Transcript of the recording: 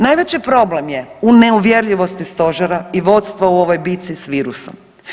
Najveći problem je u neuvjerljivosti stožera i vodstva u ovoj bitci s virusom.